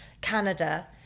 Canada